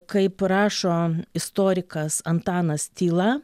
kaip rašo istorikas antanas tyla